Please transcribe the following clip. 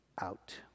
out